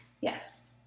Yes